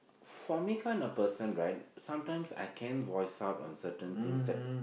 for me kind of person right sometimes I can voice out on certain things that